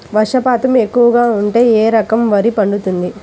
వర్షపాతం ఎక్కువగా ఉంటే ఏ రకం వరి పండుతుంది?